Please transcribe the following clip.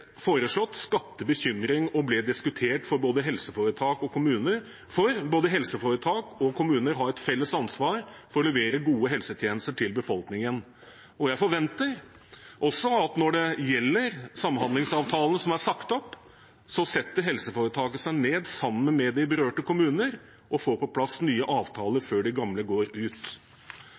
diskutert av både helseforetak og kommuner, for både helseforetak og kommuner har et felles ansvar for å levere gode helsetjenester til befolkningen. Jeg forventer også at når det gjelder samhandlingsavtalene som er sagt opp, setter helseforetaket seg ned sammen med de berørte kommunene og får på plass nye avtaler før de gamle går ut.